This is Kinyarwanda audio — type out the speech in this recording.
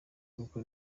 kuko